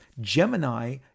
Gemini